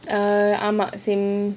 err ஆமா:aaama same